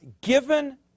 given